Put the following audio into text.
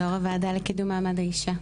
יו"ר הוועדה לקידום מעמד האישה,